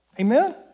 Amen